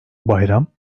bayram